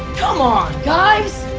come on guys!